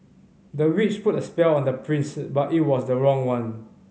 the witch put a spell on the prince but it was the wrong one